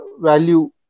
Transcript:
value